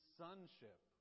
sonship